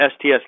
STS